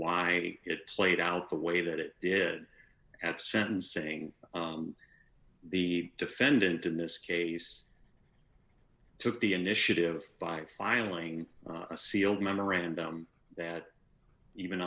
why it played out the way that it did at sentencing the defendant in this case took the initiative by filing a sealed memorandum that even